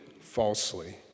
falsely